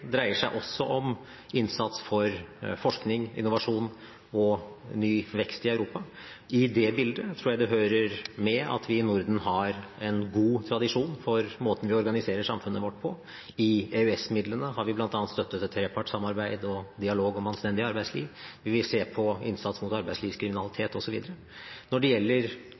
dreier seg også om innsats for forskning, innovasjon og ny vekst i Europa. I det bildet tror jeg det hører med at vi i Norden har en god tradisjon for måten vi organiserer samfunnet vårt på. I EØS-midlene har vi bl.a. støttet et trepartssamarbeid og dialog om anstendig arbeidsliv. Vi vil se på innsats mot arbeidslivskriminalitet osv. Når det gjelder